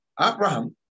Abraham